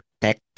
tech